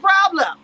problem